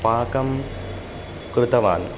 पाकं कृतवान्